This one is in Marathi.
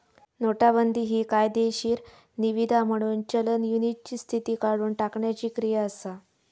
नोटाबंदी हि कायदेशीर निवीदा म्हणून चलन युनिटची स्थिती काढुन टाकण्याची क्रिया असा